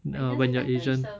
ya when you're asian